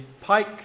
pike